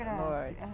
Lord